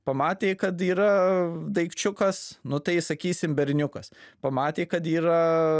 pamatė kad yra daikčiukas nu tai sakysim berniukas pamatė kad yra